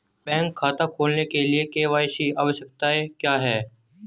Bank खाता खोलने के लिए के.वाई.सी आवश्यकताएं क्या हैं?